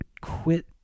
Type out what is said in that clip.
quit